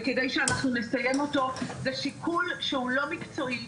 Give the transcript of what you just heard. וכדי שאנחנו נסיים אותו זה שיקול שהוא לא מקצועי,